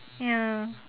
ya